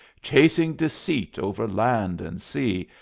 chasing deceit over land and sea.